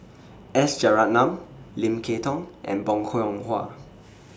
S Rajaratnam Lim Kay Tong and Bong Hiong Hwa